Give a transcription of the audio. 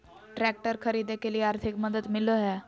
Tractor खरीदे के लिए आर्थिक मदद मिलो है?